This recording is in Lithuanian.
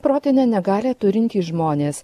protinę negalią turintys žmonės